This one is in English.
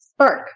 Spark